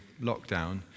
lockdown